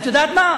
את יודעת מה?